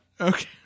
Okay